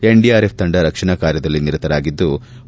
NDRF ತಂಡ ರಕ್ಷಣಾ ಕಾರ್ಯದಲ್ಲಿ ನಿರತರಾಗಿದ್ಲು